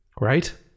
right